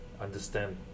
understand